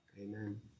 Amen